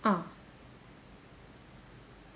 ah